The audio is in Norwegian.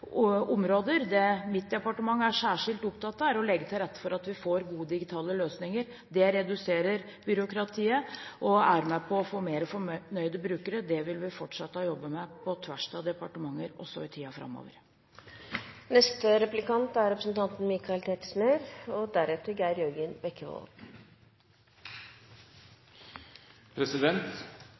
områder. Det mitt departement er særskilt opptatt av, er å legge til rette for at vi får gode digitale løsninger. Det reduserer byråkratiet og er med på at vi får mer fornøyde brukere. Det vil vi fortsette å jobbe med, på tvers av departementer, også i tiden framover. Statsråden begynte sitt innlegg med å fortelle at regjeringen arbeider både systematisk og